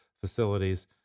facilities